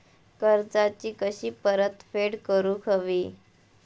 कर्जाची कशी परतफेड करूक हवी?